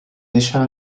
deixa